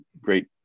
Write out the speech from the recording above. great